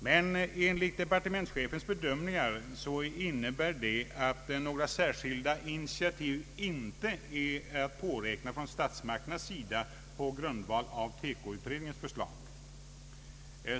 Men enligt departementschefens bedömningar är några särskilda initiativ inte att påräkna från statsmakternas sida på grundval av TEKO-utredningens förslag.